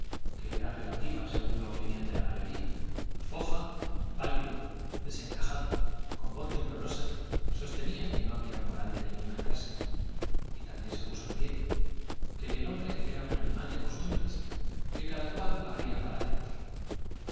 que era relativa según la opinión de la mayoría foja pálido desencajado con voz temblorosa sostenía que no había moral de ninguna clase y también se puso de pie que el hombre era un animal de costumbres que cada cual barría para adentro